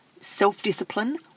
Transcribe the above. self-discipline